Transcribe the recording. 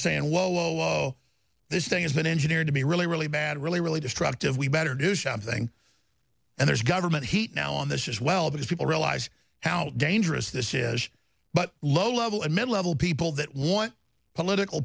saying whoa this thing has been engineered to be really really bad really really destructive we better do something and there's government heat now on this as well because people realise how dangerous this is but low level and mid level people that want political